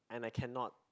and I cannot